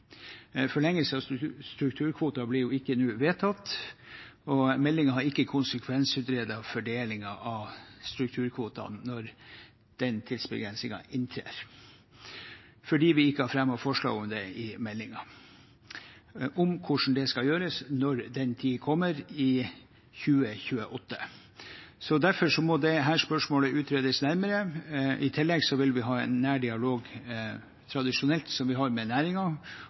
Forlengelse av strukturkvoter blir nå ikke vedtatt, og meldingen har ikke konsekvensutredet fordelingen av strukturkvotene når den tidsbegrensingen inntrer, fordi vi ikke har fremmet forslag i meldingen om hvordan det skal gjøres, når den tid kommer, i 2028. Derfor må dette spørsmålet utredes nærmere. I tillegg vil vi ha